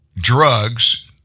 drugs